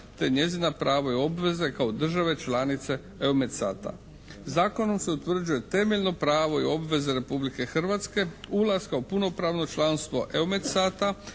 te njezina prava i obveze kao države članice EUMETSAT-a. Zakonom se utvrđuje temeljno pravo i obveze Republike Hrvatske ulaska u punopravno članstvo EUMETSAT-a